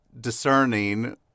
discerning